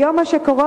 כיום מה שקורה,